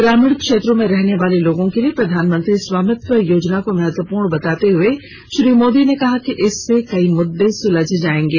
ग्रामीण क्षेत्रों में रहने वाले लोगों के लिए प्रधानमंत्री स्वामित्व योजना को महत्वपूर्ण बताते हुए श्री मोदी ने कहा कि इससे कई मुद्दे सुलझ जाएंगे